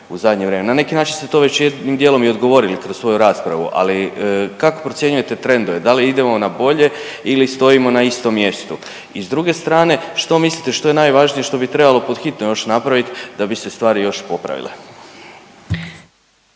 u zadnje vrijeme? Na neki način ste to već jednim dijelom i odgovorili kroz svoju raspravu, ali kako procjenjujete trendove, da li idemo na bolje ili stojimo na istom mjestu? I s druge strane, što mislite što je najvažnije što bi trebalo pod hitno još napravit da bi se stvari još popravile?